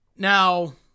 Now